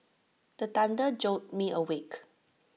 the thunder jolt me awake